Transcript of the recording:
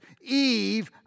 Eve